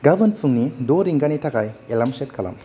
गाबोन फुंनि द' रिंगानि थाखाय एलार्म सेट खालाम